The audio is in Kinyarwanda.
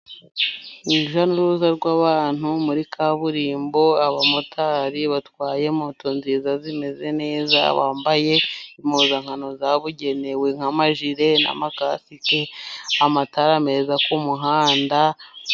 Urujya n'uruza rw'abantu muri kaburimbo. Abamotari batwaye moto nziza zimeze neza. Bambaye impuzankano zabugenewe nk'amajile na makasike. Amatara meza yo ku muhanda.